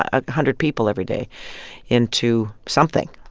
a hundred people every day into something